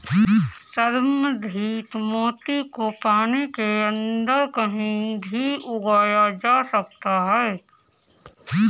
संवर्धित मोती को पानी के अंदर कहीं भी उगाया जा सकता है